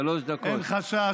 אין חשש,